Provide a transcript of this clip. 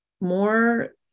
more